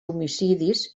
homicidis